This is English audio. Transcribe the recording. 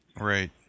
Right